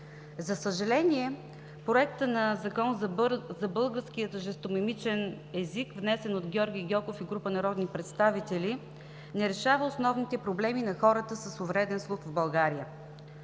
За съжаление Законопроектът за българския жестомимичен език, внесен от Георги Гьоков и група народни представители, не решава основните проблеми на хората с увреден слух в България.